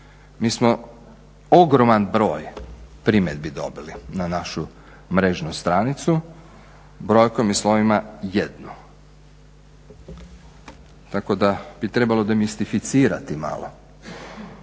Mi smo ogroman broj primjedbi dobili na našu mrežnu stranicu brojkom i slovima 1 (jednu) tako da bi trebalo demistificirati malo,